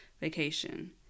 vacation